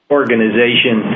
organization